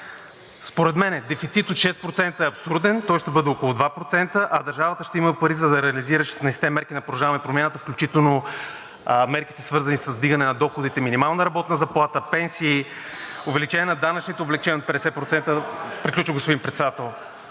Според мен дефицит от 6% е абсурден, той ще бъде около 2%, а държавата ще има пари, за да реализира 16-те мерки на „Продължаваме Промяната“, включително мерките, свързани с вдигане на доходите – минимална работна заплата, пенсии, увеличение на данъчните облекчения на 50%. (Председателят